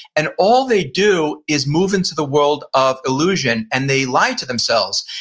and all they do is move into the world of illusion and they lie to themselves.